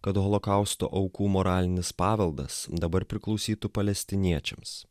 kad holokausto aukų moralinis paveldas dabar priklausytų palestiniečiams